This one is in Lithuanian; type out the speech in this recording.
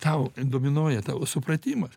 tau dominuoja tavo supratimas